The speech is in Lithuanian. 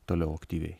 toliau aktyviai